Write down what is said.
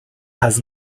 has